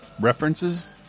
references